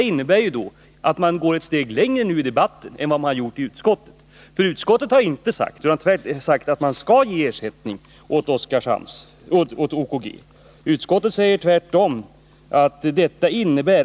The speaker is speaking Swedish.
Det innebär ju att socialdemokraterna går ett steg längre här i debatten än de gjort i utskottet. Utskottet har inte sagt att man skall ge ersättning till OKG.